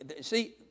See